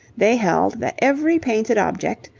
they held that every painted object,